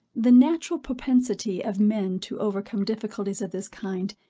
the natural propensity of men to overcome difficulties of this kind,